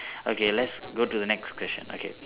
okay let's go to the next question okay